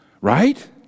right